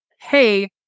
hey